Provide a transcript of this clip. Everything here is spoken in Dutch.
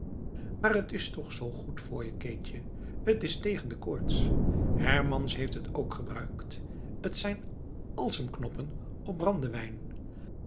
maar t is toch zoo goed voor je keetje t is tegen de koorts hermans heeft het ook gebruikt t zijn alsem knoppen op brandewijn